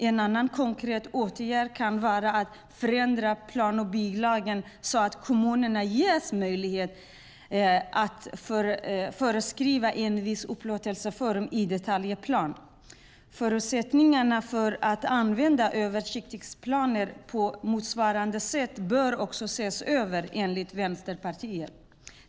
En annan konkret åtgärd kan vara att förändra plan och bygglagen så att kommunerna ges möjlighet att föreskriva en viss upplåtelseform i detaljplan. Förutsättningarna för att använda översiktsplaner på motsvarande sätt bör också ses över, enligt Vänsterpartiet.